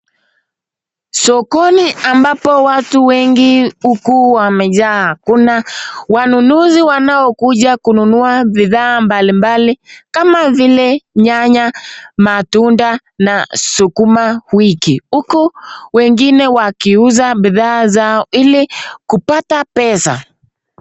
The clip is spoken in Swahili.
Sokoni ambapo watu wengi huku wamejaa, kuna wanunuzi ambao wanakuja kununua bidhaa mbali mbali kama vile nyanya , matunda na sukuma wiki. Huku wengine wakiuza bidhaa zao ili kupata pesa.